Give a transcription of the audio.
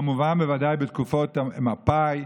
וכמובן בוודאי בתקופות מפא"י,